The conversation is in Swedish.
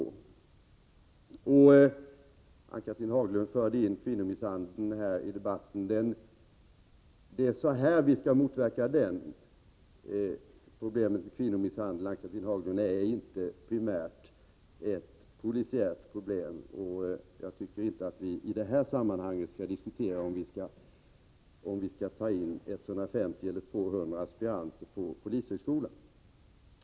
Ann-Cathrine Haglund förde in kvinnomisshandeln i debatten och talade om hur den skall motverkas. Problemet med kvinnomisshandel, Ann Cathrine Haglund, är inte primärt ett polisiärt problem, och jag tycker inte att vi i det här sammanhanget skall diskutera om vi skall ta in 150 eller 200 aspiranter på polishögskolan.